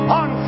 on